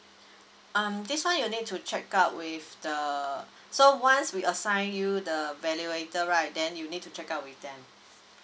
um this one you need to check out with the so once we assign you the valuator right then you need to check out with them